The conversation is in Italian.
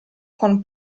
con